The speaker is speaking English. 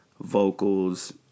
vocals